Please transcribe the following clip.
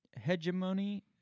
hegemony